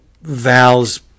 Val's